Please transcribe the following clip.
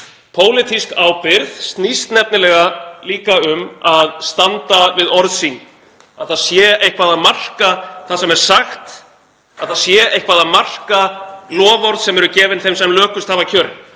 Pólitísk ábyrgð snýst nefnilega líka um að standa við orð sín, að það sé eitthvað að marka það sem er sagt, að það sé eitthvað að marka loforð sem eru gefin þeim sem lökust hafa kjörin.